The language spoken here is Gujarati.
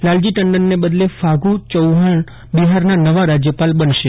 લાલજી ટંડનને બદલે ફાગુ ચૌહાણ બિહારના નવા રાજ્યપાલ બનશે